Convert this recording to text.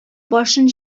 башын